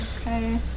Okay